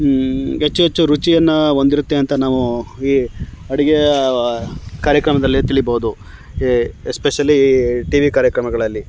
ಹೆಚ್ಚು ಹೆಚ್ಚು ರುಚಿಯನ್ನು ಹೊಂದಿರುತ್ತೆ ಅಂತ ನಾವು ಈ ಅಡುಗೆಯ ಕಾರ್ಯಕ್ರಮದಲ್ಲಿ ತಿಳಿಬೋದು ಎಸ್ಪೆಷಲೀ ಟಿವಿ ಕಾರ್ಯಕ್ರಮಗಳಲ್ಲಿ